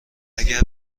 اگر